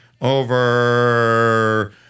over